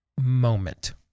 Moment